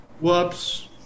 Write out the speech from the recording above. Whoops